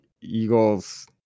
Eagles